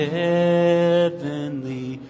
heavenly